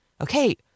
Okay